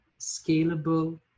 scalable